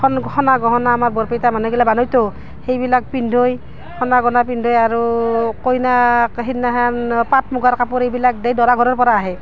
সোণ সোণা গহনা আমাৰ বৰপেটীয়া মানুহগিলা বানোইতো সেইবিলাক পিন্ধায় সোণা গহনা পিন্ধায় আৰু কইনাক সেইদিনাখন পাট মুগাৰ কাপোৰ এইবিলাক দিয়ে দৰা ঘৰৰ পৰা আহে